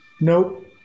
Nope